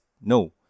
no